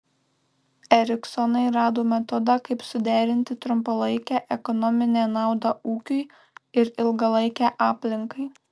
eriksonai rado metodą kaip suderinti trumpalaikę ekonominę naudą ūkiui ir ilgalaikę aplinkai